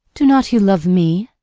do not you love me?